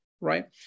right